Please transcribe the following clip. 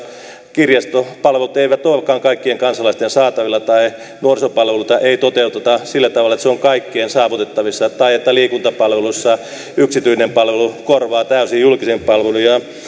kirjastopalvelut eivät olekaan kaikkien kansalaisten saatavilla tai nuorisopalveluita ei toteuteta sillä tavalla että ne ovat kaikkien saavutettavissa tai että liikuntapalveluissa yksityinen palvelu korvaa täysin julkisen palvelun